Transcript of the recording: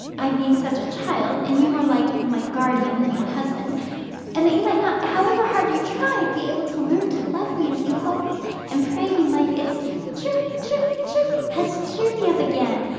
i being such a child, and you more like my guardian than my husband and that you might not, however hard you tried, be able to learn to love me, as you hoped and prayed you might its chirp, chirp, chirp has cheered me up again,